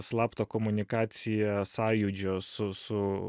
slaptą komunikaciją sąjūdžio su su